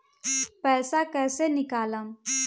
पैसा कैसे निकालम?